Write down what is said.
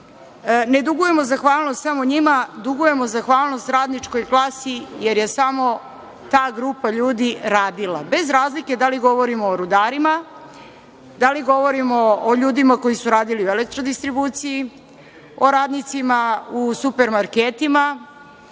ne dugujemo zahvalnost samo njima. Dugujemo zahvalnost radničkoj klasi, jer je samo ta grupa ljudi radila. Bez razlike da li govorimo o rudarima, da li govorimo o ljudima koji su radili u elektrodistribuciji, o radnicima u supermarketima,